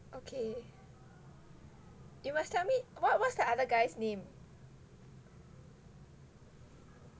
okay you must tell me what what's the other guy's name